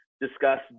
discuss